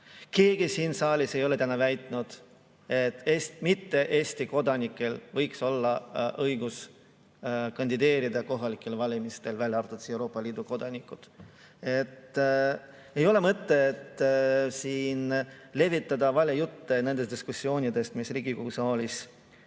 Keegi siin saalis ei ole täna väitnud, et mitte Eesti kodanikel võiks olla õigus kandideerida kohalikel valimistel, välja arvatud Euroopa Liidu kodanikud. Ei ole mõtet siin levitada valejutte nendest diskussioonidest, mis Riigikogu saalis